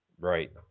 Right